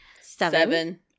seven